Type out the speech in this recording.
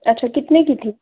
अच्छा कितने की थी